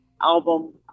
album